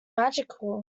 magical